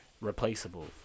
replaceable